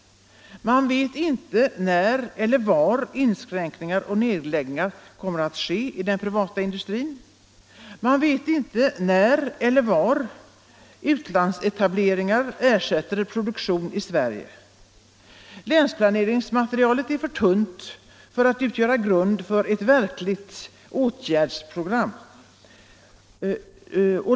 Man vet inte när eller var inskränkningar och nedläggningar kommer att ske i den privata industrin. Man vet inte när eller var utlandsetableringar ersätter produktion i Sverige. Länsplaneringsmaterialet är för tunt för att utgöra grund för ett verkligt åtgärdsprogram.